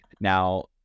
Now